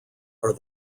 are